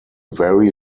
very